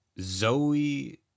Zoe